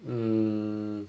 mm